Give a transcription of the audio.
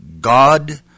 God